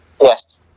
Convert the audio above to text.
yes